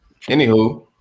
anywho